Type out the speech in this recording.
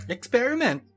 Experiment